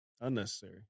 Unnecessary